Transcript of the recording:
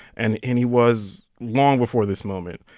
and and he was long before this moment,